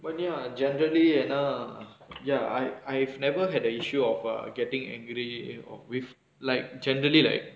but ya generally ஏனா:yaenaa ya I I've never had the issue of err getting angry you know with like generally like